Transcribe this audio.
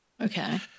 Okay